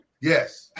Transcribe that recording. Yes